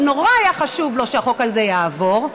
שנורא היה חשוב לו שהחוק הזה יעבור,